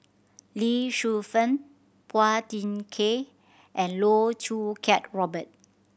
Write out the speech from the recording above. Lee Shu Fen Phua Thin Kiay and Loh Choo Kiat Robert